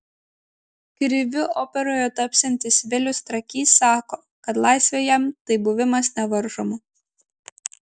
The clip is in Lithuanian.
kriviu operoje tapsiantis vilius trakys sako kad laisvė jam tai buvimas nevaržomu